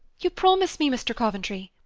you promise me, mr. coventry?